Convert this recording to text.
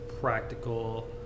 practical